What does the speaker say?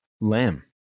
lamb